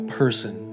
person